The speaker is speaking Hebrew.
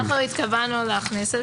אנחנו התכוונו להכניס את זה.